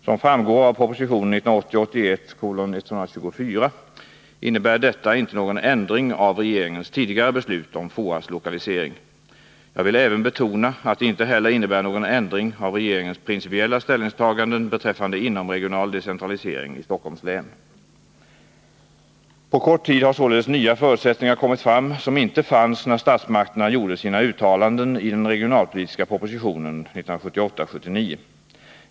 Som framgår av proposition 1980 79.